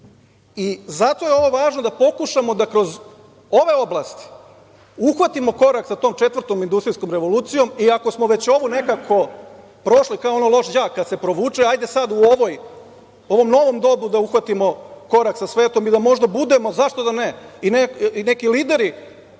Zato je ovo važno, da pokušamo da kroz ove oblasti uhvatimo korak sa tom četvrtom industrijskom revolucijom, iako smo već ovu nekako prošli, kao loš đak kad se provuče, hajde sad u ovom novom dobu da uhvatimo korak sa svetom i da možda budemo, zašto da ne, i neki lideri,